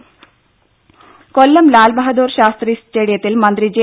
രുദ കൊല്ലം കൊല്ലം ലാൽ ബഹദൂർ ശാസ്ത്രി സ്റ്റേഡിയത്തിൽ മന്ത്രി ജെ